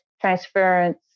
transference